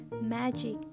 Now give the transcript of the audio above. magic